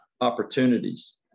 opportunities